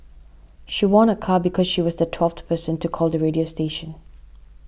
she won a car because she was the twelfth person to call the radio station